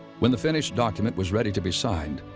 when the finished document was ready to be signed,